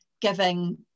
giving